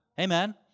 Amen